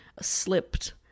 slipped